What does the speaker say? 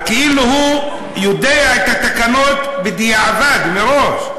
כאילו הוא יודע את התקנות בדיעבד, מראש.